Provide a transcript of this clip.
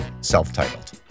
self-titled